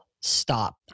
stop